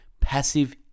passive